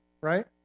Right